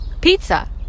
Pizza